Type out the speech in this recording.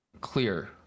clear